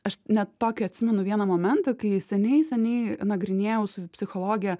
aš net tokį atsimenu vieną momentą kai seniai seniai nagrinėjau su psichologe